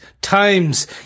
times